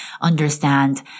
understand